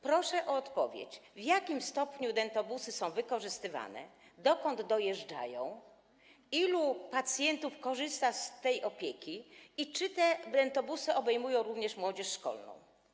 Proszę o odpowiedź, w jakim stopniu dentobusy są wykorzystywane, dokąd dojeżdżają, ilu pacjentów korzysta z tej opieki i czy te dentobusy obejmują również młodzież szkolną.